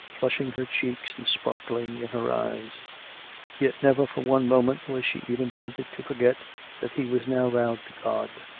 flushing her checks and sparkling in her eyes yet never for one moment was she even tempted to forget that he was now vowed to god.